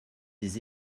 des